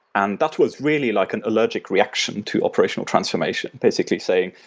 and that was really like an allergic reaction to operational transformation basically saying,